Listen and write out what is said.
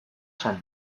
zen